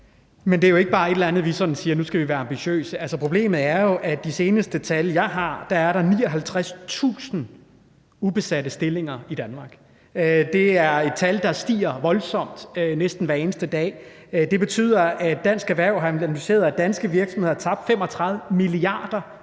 Men det handler jo ikke bare om et eller andet med at sige, at nu skal vi være ambitiøse. Problemet er jo, at de seneste tal, jeg har, viser, at der 59.000 ubesatte stillinger i Danmark. Det er et tal, der stiger voldsomt næsten hver eneste dag. Det betyder, at Dansk Erhverv har analyseret, at danske virksomheder har tabt 35 mia. kr.